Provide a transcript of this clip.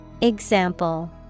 Example